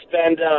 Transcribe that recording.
spend